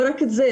לא רק זה,